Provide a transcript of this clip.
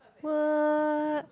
what